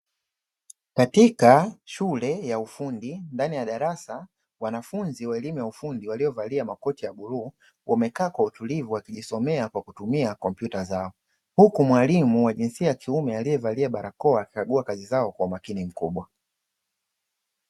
Katika shule ya ufundi ndani ya darasa wanafunzi wa elimu ya ufundi waliovalia makoti ya bluu wamekaa kwa utulivu, wakijisomea kwa kutumia kompyuta zao, huku mwalimu wa jinsia ya kiume aliyevalia barakoa akikagua kazi zao kwa umakini mkubwa.